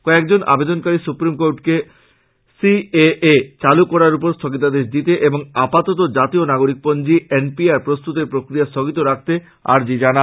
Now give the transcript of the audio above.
কয়েকজন আবেদনকারী সুপ্রিম কোর্টকে সি এএ চালু করার উপর স্থগিতাদেশ দিতে এবং আপাতত জাতীয় নাগরিকপঞ্জী এন পি আর প্রস্তুতির প্রক্রিয়া স্থগিত রাখতে আর্জি জানান